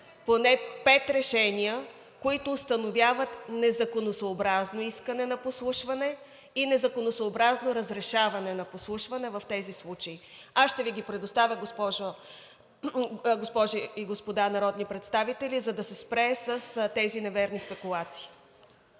поне пет решения, които установяват незаконосъобразно искане на подслушване и незаконосъобразно разрешаване на подслушване в тези случаи. Аз ще Ви ги предоставя, госпожи и господа народни представители, за да се спре с тези неверни спекулации.